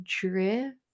drift